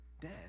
dead